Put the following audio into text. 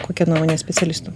kokia nuomonė specialistų